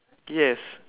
yes